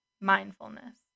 mindfulness